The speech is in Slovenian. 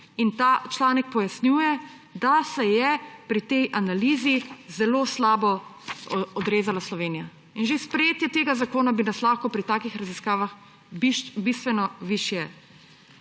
Ta članek pojasnjuje, da se je pri tej analizi zelo slabo odrezala Slovenija. In že sprejetje tega zakona bi nas lahko pri takih raziskavah bistveno višje